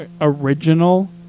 original